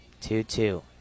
two-two